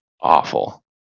awful